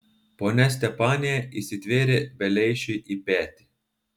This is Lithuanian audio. ponia stepanija įsitvėrė beleišiui į petį